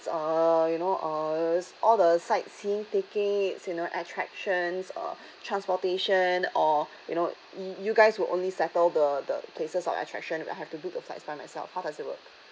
uh you know uh all the sightseeing tickets you know attractions uh transportation or you know you guys will only settle the the places of attraction we we have to do the flights by myself how does it work